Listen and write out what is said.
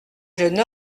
jeune